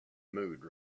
mood